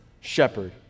shepherd